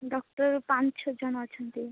doctor ପାଞ୍ଚ ଛଅ ଜଣ ଅଛନ୍ତି